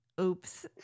Oops